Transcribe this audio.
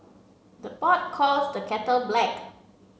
the pot calls the kettle black